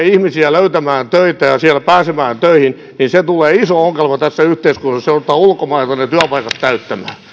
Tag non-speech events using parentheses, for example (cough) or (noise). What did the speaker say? (unintelligible) ihmisiä löytämään töitä ja pääsemään töihin niin siitä tulee iso ongelma tässä yhteiskunnassa ja joudutaan ulkomailta ne työpaikat täyttämään